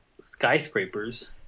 Skyscrapers